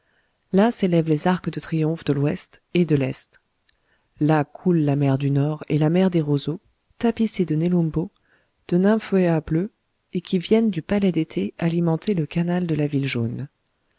là s'élèvent les arcs de triomphe de l'ouest et de l'est là coulent la mer du nord et la mer des roseaux tapissées de nelumbos de nymphoeas bleus et qui viennent du palais d'été alimenter le canal de la ville jaune